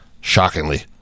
shockingly